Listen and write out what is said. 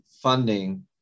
funding